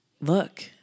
look